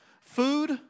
Food